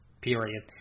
period